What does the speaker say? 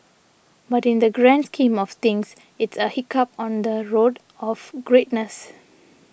but in the grand scheme of things it's a hiccup on the road of greatness